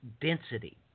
density